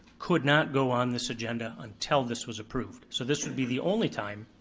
could not go on this agenda until this was approved. so this would be the only time,